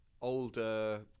older